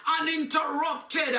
uninterrupted